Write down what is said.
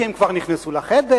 כי הם כבר נכנסו לחדר,